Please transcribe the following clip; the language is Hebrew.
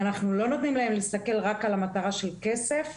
אנחנו לא נותנים להם להסתכל רק על המטרה של הכסף.